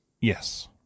Yes